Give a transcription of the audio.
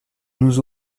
nous